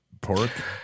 pork